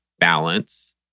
Balance